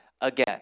again